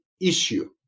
issue